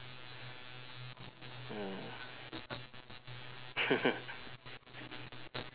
mm